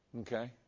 Okay